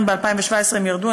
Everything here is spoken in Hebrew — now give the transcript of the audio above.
אם ב-2017 הם ירדו.